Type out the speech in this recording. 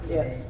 Yes